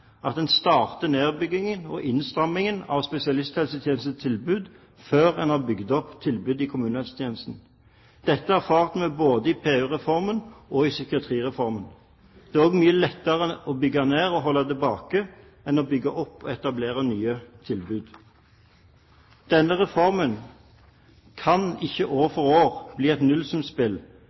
at en starter nedbyggingen og innstrammingen av spesialisthelsetjenestens tilbud før en har bygd opp tilbudet i kommunehelsetjenesten. Dette erfarte vi både i PU-reformen og i psykiatrireformen. Det er så mye lettere å bygge ned og holde tilbake enn å bygge opp og etablere nye tilbud. Denne reformen kan ikke bli et nullsumspill, der oppbygging av tilbudet i kommunene år for år